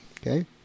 Okay